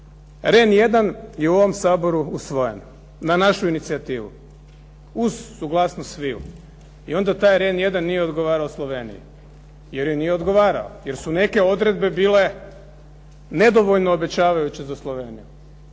Rehn 1 je u ovom Saboru usvojen na našu inicijativu uz suglasnost sviju. I onda taj Rehn 1 nije odgovarao Sloveniji jer joj nije odgovarao, jer su neke odrede bile nedovoljno obećavajuće za Sloveniju.